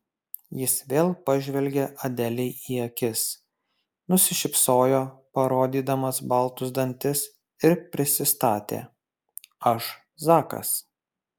jis vėl pažvelgė adelei į akis nusišypsojo parodydamas baltus dantis ir prisistatė aš zakas